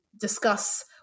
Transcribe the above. discuss